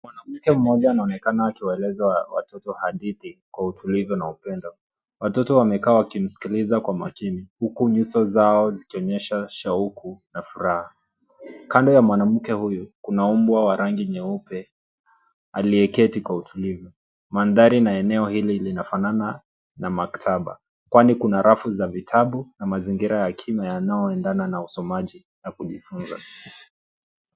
Mwanamke mmoja anaonekana akiwaeleza watoto hadithi kwa utulivu na upendo. Watoto wamekaa wakimsikiliza kwa makini huku nyuso zao zikionyesha shauku na furaha. Kando ya mwanamke huyu kuna mbwa wa rangi nyeupe aliyeketi kwa utulivu. Mandhari na eneo hili linafanana na maktaba kwani kuna rafu za vitabu na mazingira ya kina yanayoendana na usomaji na kujifunza.